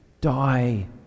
Die